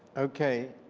okay,